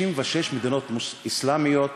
56 מדינות אסלאמיות